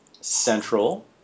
central